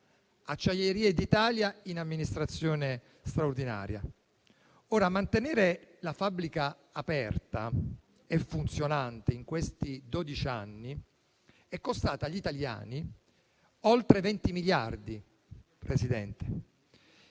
Acciaierie d'Italia in amministrazione straordinaria. Mantenere la fabbrica aperta e funzionante in questi dodici anni è costato agli italiani oltre 20 miliardi. Vorrei